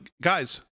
guys